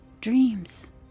dreams